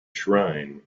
shrine